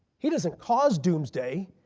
he doesn't cause doomsday.